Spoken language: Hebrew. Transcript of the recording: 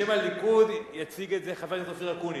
בשם הליכוד יציג את זה חבר הכנסת אקוניס.